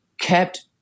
kept